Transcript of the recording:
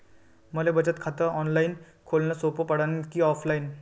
मले बचत खात ऑनलाईन खोलन सोपं पडन की ऑफलाईन?